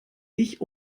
ich